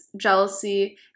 jealousy